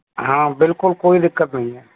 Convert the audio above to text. हाँ बिल्कुल कोई दिक्कत नहीं है